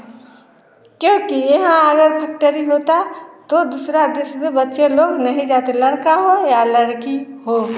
क्योंकि यहाँ अगर फैक्टरी होता तो दूसरा देश में बच्चे लोग तो दूसरा बच्चे लोग नहीं जाते लड़का हो या लड़की हो